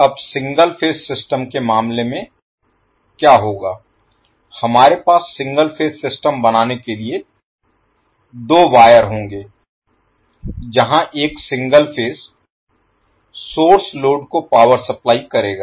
अब single phase system के मामले में क्या होगा हमारे पास सिंगल फेज सिस्टम बनाने के लिए दो वायर होंगे जहां एक सिंगल फेज सोर्स लोड को पावर सप्लाई करेगा